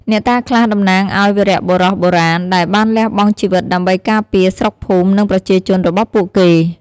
អ្នកតាខ្លះតំណាងឱ្យវីរបុរសបុរាណ ដែលបានលះបង់ជីវិតដើម្បីការពារស្រុកភូមិ និងប្រជាជនរបស់ពួកគេ។